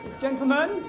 gentlemen